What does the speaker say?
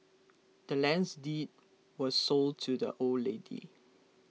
the land's deed was sold to the old lady